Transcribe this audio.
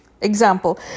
example